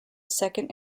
second